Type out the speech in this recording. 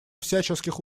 всяческих